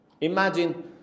imagine